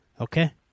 Okay